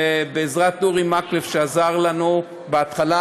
ובעזרת אורי מקלב, שעזר לנו בהתחלה